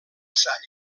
salle